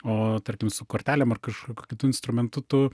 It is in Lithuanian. o tarkim su kortelėm ar kažkokiu kitu instrumentu tu